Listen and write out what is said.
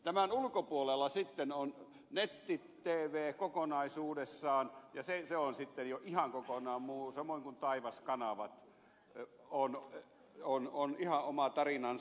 tämän ulkopuolella sitten on netti tv kokonaisuudessaan ja se on sitten jo ihan kokonaan muu samoin kuin taivaskanavat ovat ihan oma tarinansa